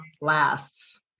lasts